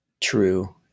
true